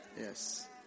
Yes